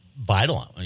vital